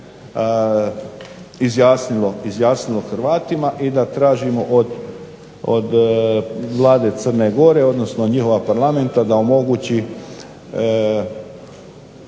izjasnilo Hrvatima i da tražimo od Vlade Crne gore odnosno njihova parlamenta da omogući